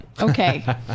Okay